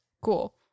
Cool